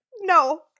No